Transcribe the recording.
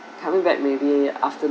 coming back maybe after~